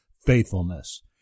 faithfulness